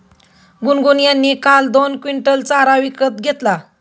गुनगुन यांनी काल दोन क्विंटल चारा विकत घेतला